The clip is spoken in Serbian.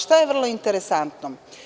Šta je vrlo interesantno?